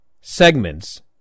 segments